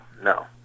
No